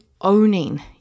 owning